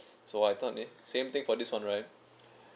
so I thought the same thing for this one right